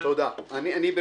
אתה יודע על מה אני מדבר.